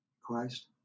Christ